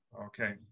okay